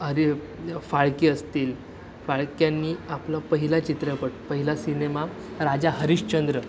हरी फाळके असतील फाळक्यांनी आपला पहिला चित्रपट पहिला सिनेमा राजा हरिश्चंद्र